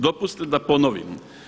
Dopustite da ponovim.